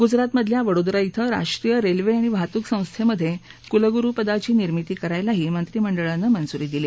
गुजरातमधल्या वडोदरा धिं राष्ट्रीय रेल्व आणि वाहतुक संस्थेमधे कुलगुरुपदाची निर्मिती करायलाही मंत्रीमंडळानं मंजुरी दिली